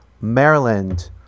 maryland